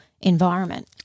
environment